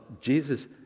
Jesus